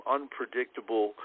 Unpredictable